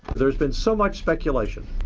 there's been so much speculation